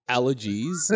Allergies